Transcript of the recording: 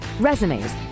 resumes